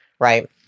right